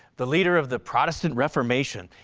the leader of the protestant reformation,